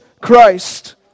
Christ